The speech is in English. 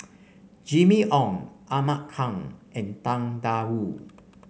Jimmy Ong Ahmad Khan and Tang Da Wu